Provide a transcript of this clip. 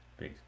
Peace